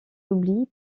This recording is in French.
oubli